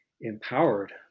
empowered